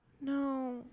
No